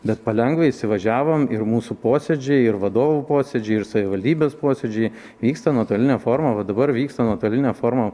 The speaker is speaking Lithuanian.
bet palengva įsivažiavom ir mūsų posėdžiai ir vadovų posėdžiai ir savivaldybės posėdžiai vyksta nuotoline forma va dabar vyksta nuotoline forma